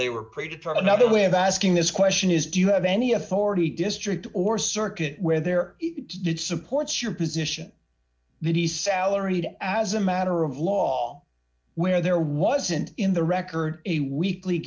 they were pre determined now the way of asking this question is do you have any authority district or circuit where there supports your position that he salaried as a matter of law where there wasn't in the record a weekly